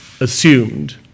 assumed